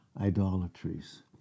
idolatries